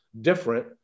different